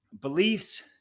beliefs